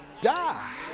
die